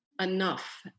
enough